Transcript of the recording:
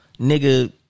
nigga